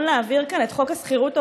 להעביר כאן את חוק השכירות ההוגנת,